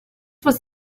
was